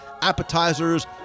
appetizers